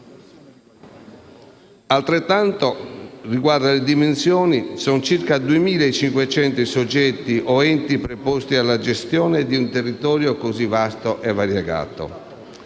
discorso riguarda le dimensioni: sono circa 2.500 i soggetti o gli enti preposti alla gestione di un territorio così vasto e variegato.